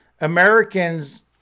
Americans